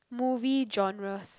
movie genres